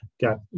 got